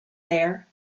there